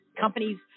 Companies